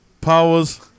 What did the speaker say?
Powers